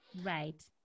Right